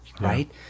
right